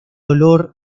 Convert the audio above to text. olor